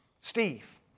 Steve